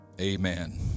Amen